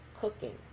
Cooking